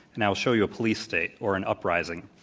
and i'll show you a police state, or an uprising.